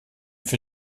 für